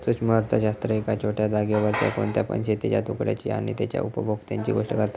सूक्ष्म अर्थशास्त्र एका छोट्या जागेवरच्या कोणत्या पण शेतीच्या तुकड्याची आणि तेच्या उपभोक्त्यांची गोष्ट करता